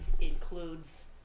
includes